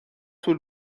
طول